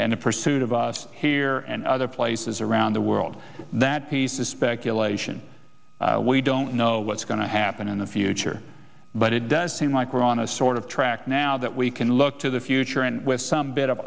in pursuit of us here and other places around the world that peace is speculation we don't know what's going to happen in the future but it does seem like we're on a sort of track now that we can look to the future and with some bit of